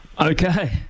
Okay